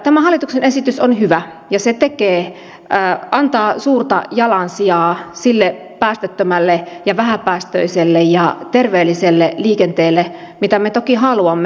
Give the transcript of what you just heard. tämä hallituksen esitys on hyvä ja se antaa suurta jalansijaa sille päästöttömälle ja vähäpäästöiselle ja terveelliselle liikenteelle mitä me toki haluamme